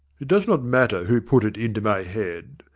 it does not matter who put it into my head.